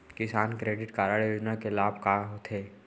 किसान credit card योजना के लाभ का का होथे?